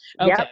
okay